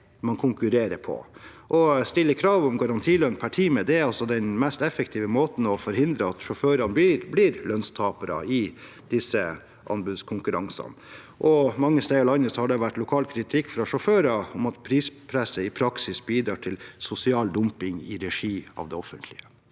man konkurrerer på. Å stille krav om garantilønn per time er den mest effektive måten å forhindre at sjåfører blir lønnstapere i disse anbudskonkurransene. Mange steder i landet har det vært lokal kritikk fra sjåfører om at prispresset i praksis bidrar til sosial dumping i regi av det offentlige.